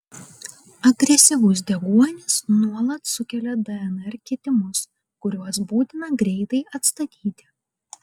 agresyvus deguonis nuolat sukelia dnr kitimus kuriuos būtina greitai atstatyti